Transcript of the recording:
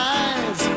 eyes